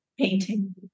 painting